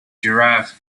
giraffe